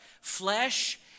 Flesh